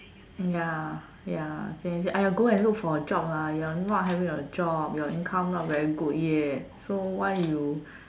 ya ya then they say go and look for a job lah you are not having a job your income not very good yet then why you